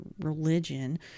religion